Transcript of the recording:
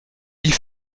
ils